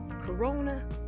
Corona